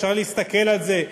אפשר להסתכל על זה.